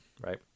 right